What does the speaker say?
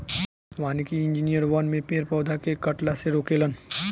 वानिकी इंजिनियर वन में पेड़ पौधा के कटला से रोके लन